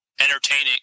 entertaining